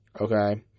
Okay